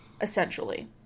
essentially